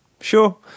Sure